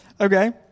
Okay